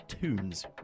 tunes